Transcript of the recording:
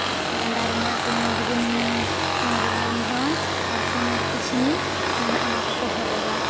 ᱰᱟᱸᱰᱟ ᱨᱮᱱᱟᱜ ᱠᱳᱢᱚᱨ ᱵᱚᱱᱫᱷᱚᱱ ᱟᱨ ᱠᱳᱢᱚᱨ ᱠᱩᱥᱱᱤ ᱚᱱᱟᱠᱚ ᱠᱚ ᱦᱚᱨᱚᱜᱼᱟ